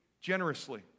generously